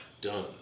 done